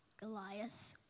Goliath